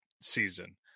season